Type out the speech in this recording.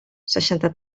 seixanta